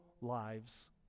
lives